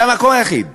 זה המקום היחיד